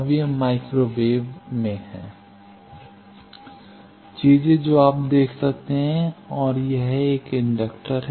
अब यह microwave में है चीजें जो आप देख सकते हैं और यह एक इंडक्टर है